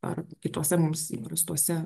ar kituose mums įprastuose